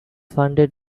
funded